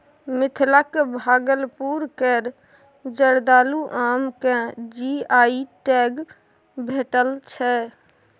मिथिलाक भागलपुर केर जर्दालु आम केँ जी.आई टैग भेटल छै